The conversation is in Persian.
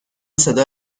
صدا